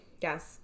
Yes